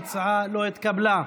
ההצעה לא התקבלה.